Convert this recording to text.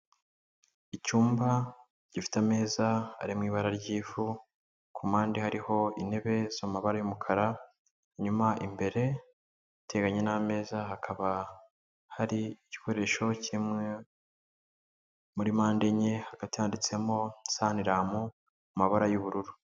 Icyumba gifite ameza ari mu ibara ry'ivu, ku mpande hariho intebe zo mu mabara y'umukara, inyuma imbere iteganye n'ameza hakaba hari igikoresho kimwe muri mpande enye hagati handitsemo saniramu mu mabara y'ubururu.